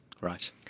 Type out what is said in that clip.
Right